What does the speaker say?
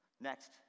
Next